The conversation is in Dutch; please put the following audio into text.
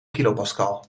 kilopascal